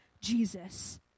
Jesus